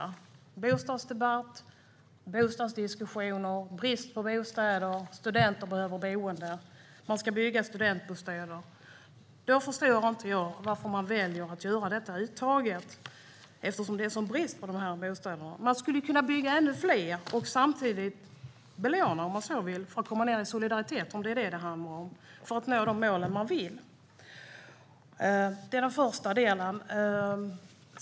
Vi har en bostadsdebatt och bostadsdiskussioner om brist på bostäder och om att studenter behöver boende. Man ska bygga studentbostäder. När det är en sådan brist på sådana bostäder förstår inte jag varför man väljer att göra detta uttag. Man skulle ju kunna bygga ännu fler och samtidigt belåna om man så vill för att komma ned i soliditet, om det är det som det handlar om, för att nå de mål man vill. Det var den första delen.